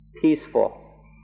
peaceful